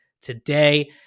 today